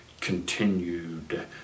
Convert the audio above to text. continued